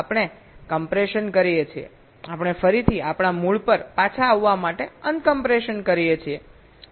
આપણે કમ્પ્રેશન કરીએ છીએઆપણે ફરીથી આપણા મૂળ પર પાછા આવવા માટે અન કમ્પ્રેશન કરી શકીએ છીએ